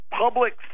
public